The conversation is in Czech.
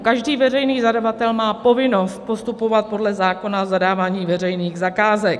Každý veřejný zadavatel má povinnost postupovat podle zákona o zadávání veřejných zakázek.